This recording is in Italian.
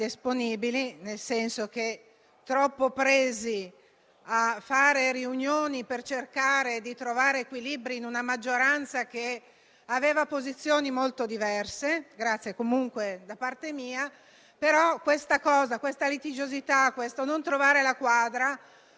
perché la questione si risolvesse. Alla fine la maggioranza è uscita con un ordine del giorno piuttosto ridicolo. Però questa era un tema da affrontare. Sulla riforma delle camere di commercio noi siamo sempre stati contrari, ma abbiamo presentato più di un emendamento in